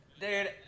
Dude